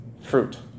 fruit